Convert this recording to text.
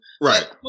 Right